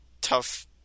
tough